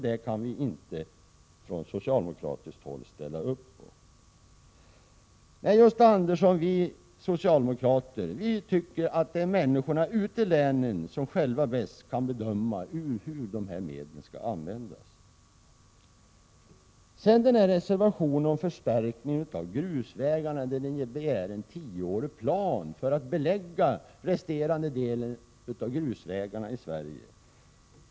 Detta kan vi socialdemokrater inte ställa upp bakom. Nej, Gösta Andersson, vi socialdemokrater tycker att det är människorna ute i länen som själva bäst kan bedöma hur medlen skall användas. Sedan vill jag kommentera reservationen om att grusvägarna skall förstärkas. I den begär ni en tioårsplan för att belägga resterande delen av grusvägarna i Sverige.